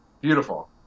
Beautiful